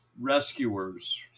rescuers